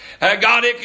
God